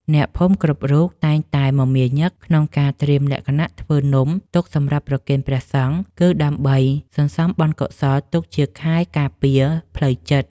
អ្នកភូមិគ្រប់រូបតែងតែមមាញឹកក្នុងការត្រៀមលក្ខណៈធ្វើនំទុកសម្រាប់ប្រគេនព្រះសង្ឃ គឺ ដើម្បីសន្សំបុណ្យកុសលទុកជាខែលការពារផ្លូវចិត្ត។